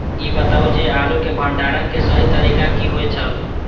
ई बताऊ जे आलू के भंडारण के सही तरीका की होय छल?